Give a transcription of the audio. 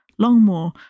Longmore